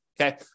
Okay